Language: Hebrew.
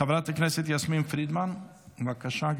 חברת הכנסת יסמין פרידמן, בבקשה,